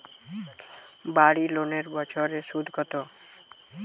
বাড়ি লোনের বছরে সুদ কত?